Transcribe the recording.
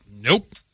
Nope